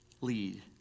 lead